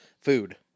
food